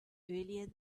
earlier